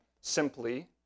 simply